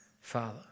Father